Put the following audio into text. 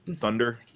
thunder